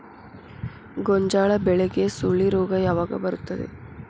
ಗೋಂಜಾಳ ಬೆಳೆಗೆ ಸುಳಿ ರೋಗ ಯಾವಾಗ ಬರುತ್ತದೆ?